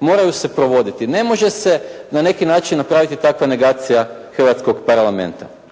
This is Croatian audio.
moraju se provoditi. Ne može se na neki način napraviti takva negacija Hrvatskog parlamenta.